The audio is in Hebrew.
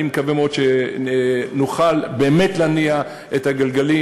אני מקווה מאוד שנוכל באמת להניע את הגלגלים